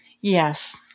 Yes